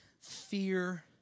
fear